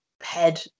head